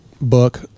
book